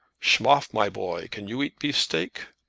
schmoff, my boy, can you eat beefsteak?